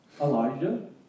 Elijah